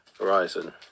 Verizon